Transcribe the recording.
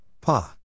Pa